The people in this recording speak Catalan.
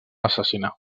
assassinar